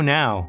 now